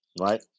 right